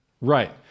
Right